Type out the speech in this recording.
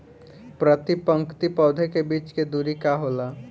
प्रति पंक्ति पौधे के बीच के दुरी का होला?